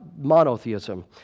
monotheism